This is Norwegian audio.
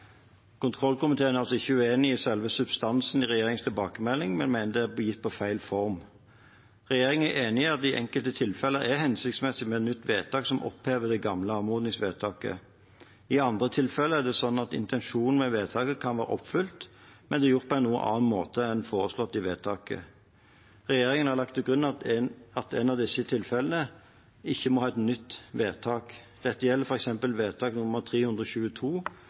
Kontrollkomiteen er altså ikke uenig i selve substansen i regjeringens tilbakemelding, men mener den er gitt i feil form. Regjeringen er enig i at det i enkelte tilfeller er hensiktsmessig med et nytt vedtak som opphever det gamle anmodningsvedtaket. I andre tilfeller kan intensjonen bak vedtaket være oppfylt, men det er gjort på en noe annen måte enn foreslått i vedtaket. Regjeringen har lagt til grunn at en i disse tilfellene ikke må ha et nytt vedtak. Dette gjelder f.eks. vedtak nr. 322